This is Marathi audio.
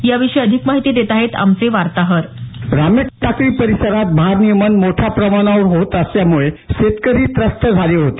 याविषयी अधिक माहिती देत आहेत आमचे वार्ताहर रामेटाकळी परिसरात भारनियमन मोठ्या प्रमाणात होत असल्यामुळे शेतकरी त्रस्त झाले होते